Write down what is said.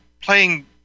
playing